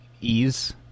ease